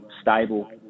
stable